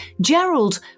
Gerald